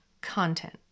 content